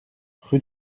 rue